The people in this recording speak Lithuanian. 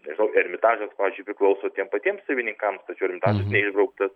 nežinau ermitažas pavyzdžiui priklauso tiem patiem savininkams tačiau ermitažas neišbrauktas